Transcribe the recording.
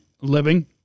Living